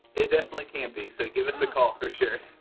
it definitely can be, so give us a call, for sure.